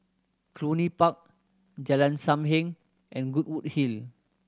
Cluny Park Jalan Sam Heng and Goodwood Hill